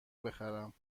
بخرم